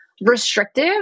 restrictive